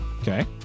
Okay